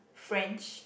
French